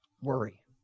worry